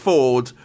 Ford